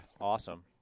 Awesome